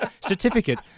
certificate